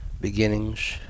beginnings